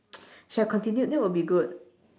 should have continued that will be good